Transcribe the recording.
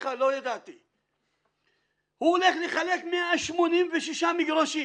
הוא הולך לחלק 186 מגרשים,